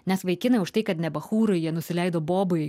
nes vaikinai už tai kad ne bachūrai jie nusileido bobai